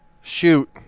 Shoot